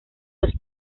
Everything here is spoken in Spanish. los